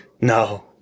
No